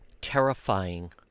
terrifying